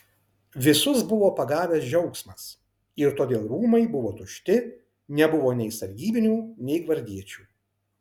visus buvo pagavęs džiaugsmas ir todėl rūmai buvo tušti nebuvo nei sargybinių nei gvardiečių